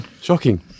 Shocking